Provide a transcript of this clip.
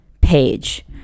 page